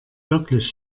wirklich